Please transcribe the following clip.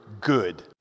good